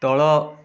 ତଳ